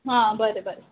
हां बरें बरें